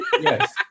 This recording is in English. Yes